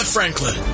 Franklin